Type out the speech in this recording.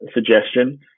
suggestion